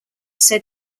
said